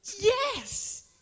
yes